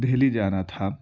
دہلی جانا تھا